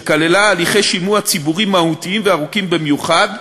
שכללה הליכי שימוע ציבורי מהותיים וארוכים במיוחד,